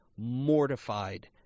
mortified